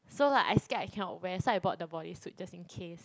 so like I scared I cannot wear so I bought the bodysuit just in case